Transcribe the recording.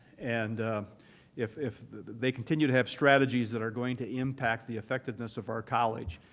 and if if they continue to have strategies that are going to impact the effectiveness of our college,